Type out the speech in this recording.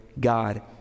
God